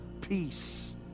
peace